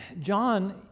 John